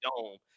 dome